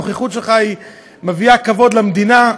הנוכחות שלך מביאה כבוד למדינה,